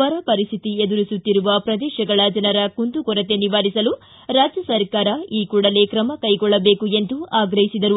ಬರಪರಿಸ್ಥಿತಿ ಎದುರಿಸುತ್ತಿರುವ ಪ್ರದೇಶಗಳ ಜನರ ಕುಂದುಕೊರತೆ ನಿವಾರಿಸಲು ರಾಜ್ಯ ಸರ್ಕಾರ ಈ ಕೂಡಲೇ ಕ್ರಮ ಕೈಗೊಳ್ಳಬೇಕು ಎಂದು ಆಗ್ರಹಿಸಿದರು